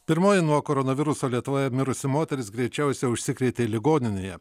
pirmoji nuo koronaviruso lietuvoje mirusi moteris greičiausia užsikrėtė ligoninėje